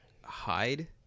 hide